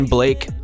Blake